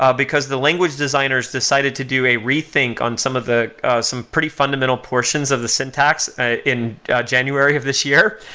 ah because the language designers decided to do a rethink on some of the some pretty fundamental portions of the syntax in january of this year,